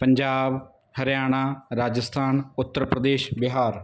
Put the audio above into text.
Punjab Haryana Rajasthan Uttar Pradesh Bihar